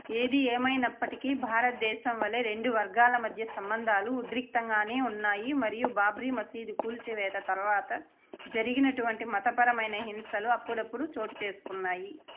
ఏది ఏమైనప్పటికీ భారతదేశంవలె రెండు వర్గాల మధ్య సంబంధాలు ఉద్రిక్తంగానే ఉన్నాయి మరియు బాబ్రీ మసీదు కూల్చివేత తర్వాత జరిగినటువంటి మతపరమైన హింసలు అప్పుడప్పుడు చోటుచేసుకున్నాయి